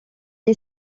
est